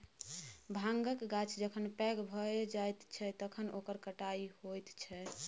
भाँगक गाछ जखन पैघ भए जाइत छै तखन ओकर कटाई होइत छै